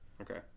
Okay